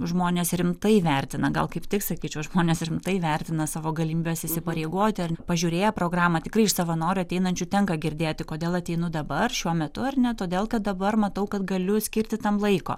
žmonės rimtai vertina gal kaip tik sakyčiau žmonės rimtai vertina savo galimybes įsipareigoti ar pažiūrėję programą tikrai iš savanorių ateinančių tenka girdėti kodėl ateinu dabar šiuo metu ar ne todėl kad dabar matau kad galiu skirti tam laiko